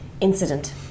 incident